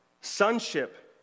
sonship